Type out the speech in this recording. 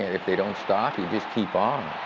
if they don't stop you, just keep on.